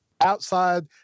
outside